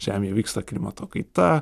žemėje vyksta klimato kaita